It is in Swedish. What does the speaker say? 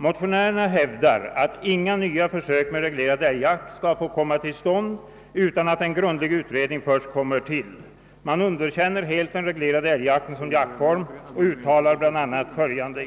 Motionärerna hävdar att inga nya försök med reglerad älgjakt skall få komma till stånd utan att en grundlig utredning först verkställes. Man underkänner helt den reglerade älgjakten såsom jaktform och uttalar bl.a. följande: